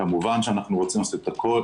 וכמובן שאנחנו רוצים לעשות את הכל,